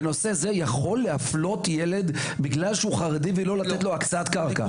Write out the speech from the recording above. בנושא זה יכול להפלות ילד בגלל שהוא חרדי ולא לתת לו הקצאת קרקע?